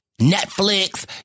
Netflix